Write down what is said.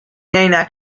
عینک